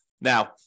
Now